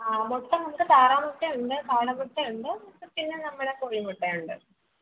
ആ മുട്ട നമുക്ക് താറാമുട്ടയുണ്ട് കാടമുട്ടയുണ്ട് പിന്നെ നമ്മുടെ കോഴിമുട്ടയുണ്ട്